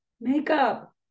makeup